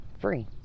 free